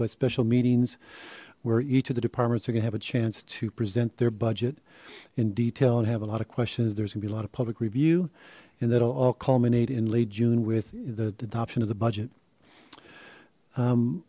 but special meetings where each of the departments are gonna have a chance to present their budget in detail and have a lot of questions there's gonna be a lot of public review and that'll all culminate in late june with the adoption of the budget